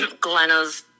glenna's